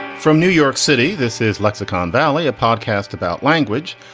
from new york city, this is lexicon valley, a podcast about language.